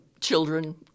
children